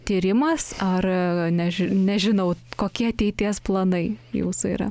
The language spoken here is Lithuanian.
tyrimas ar ne nežinau kokie ateities planai jūsų yra